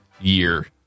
year